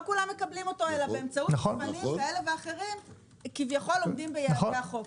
אלא באמצעות יבואנים כאלה ואחרים שכביכול עומדים ביעדי החוק.